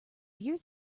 years